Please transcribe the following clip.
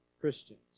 Christians